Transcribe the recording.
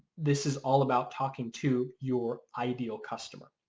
this is all about talking to your ideal customer.